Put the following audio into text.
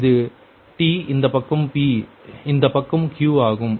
இது t இந்த பக்கம் p இந்த பக்கம் q ஆகும்